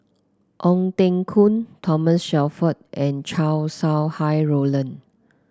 Ong Teng Koon Thomas Shelford and Chow Sau Hai Roland